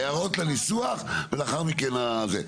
הערות לניסוח, ולאחר מכן הזה.